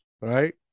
right